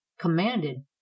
commanded